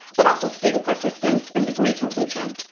but also student persistence and degree completion.